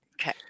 okay